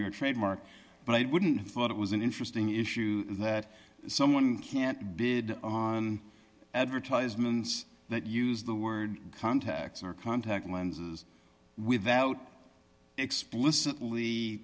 your trademark but wouldn't have thought it was an interesting issue that someone can't bid on advertisements that use the word contacts or contact lenses without explicitly